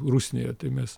rusnėje tai mes